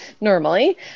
normally